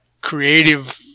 creative